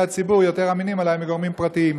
הציבור יותר אמינים עלי מגורמים פרטיים.